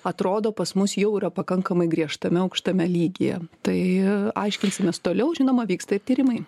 atrodo pas mus jau yra pakankamai griežtame aukštame lygyje tai aiškinsimės toliau žinoma vyksta tyrimai